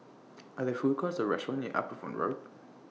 Are There Food Courts Or restaurants near Upavon Road